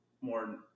more